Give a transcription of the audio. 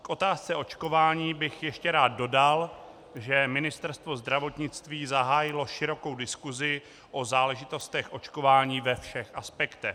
K otázce očkování bych ještě rád dodal, že Ministerstvo zdravotnictví zahájilo širokou diskusi o záležitostech očkování ve všech aspektech.